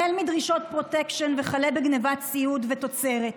החל בדרישות פרוטקשן וכלה בגנבת ציוד ותוצרת.